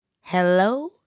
Hello